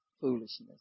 foolishness